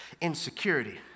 insecurity